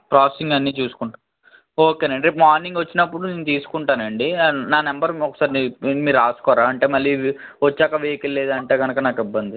processing అన్నీ చూసుకుంటా ఓకేనండి రేపు మార్నింగ్ వచ్చినప్పుడు నేను తీసుకుంటానండి నా నెంబర్ మీరు ఒకసారి మీరు రాసుకోరా అంటే మళ్ళీ వచ్చాక వెహికల్ లేదంటే కనక నాకు ఇబ్బంది